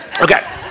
Okay